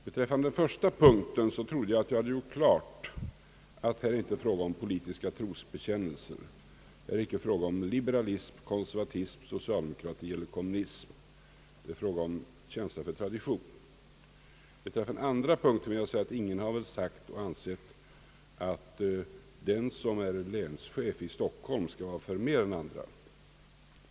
Beträffande den första punkten tyckte jag att jag hade gjort klart att det icke är fråga om politiska trosbekännelser — liberalism, konservatism, socialdemokrati eller kommunism — utan det är fråga om känsla för tradition. På den andra punkten vill jag säga att ingen har sagt att länschefen i Stockholm skall vara förmer än andra.